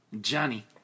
Johnny